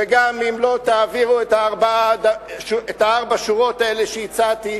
וגם אם לא תעבירו את ארבע השורות האלה שהצעתי,